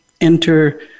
enter